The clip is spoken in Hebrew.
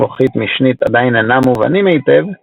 מוחית משנית עדיין אינם מובנים היטב,